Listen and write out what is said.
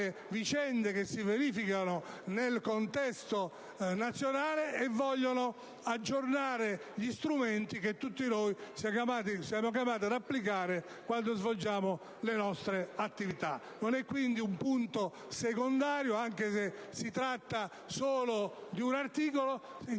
vicende che si verificano nel contesto nazionale e vogliono aggiornare gli strumenti che tutti noi siamo chiamati ad applicare quando svolgiamo le nostre attività. Non è quindi un punto secondario, anche se si tratta solo di un articolo, ma